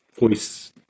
voice